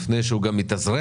לפני שהוא גם מתאזרח,